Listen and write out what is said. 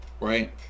right